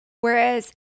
Whereas